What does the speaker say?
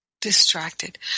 distracted